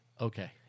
okay